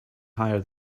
higher